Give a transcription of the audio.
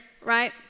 right